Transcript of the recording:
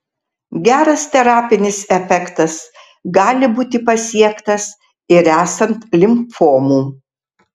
geras terapinis efektas gali būti pasiektas ir esant limfomų